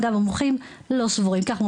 אגב, המומחים לא סבורים כך.